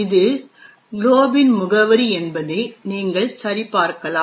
இது glob இன் முகவரி என்பதை நீங்கள் சரிபார்க்கலாம்